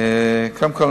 קודם כול,